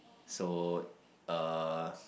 so uh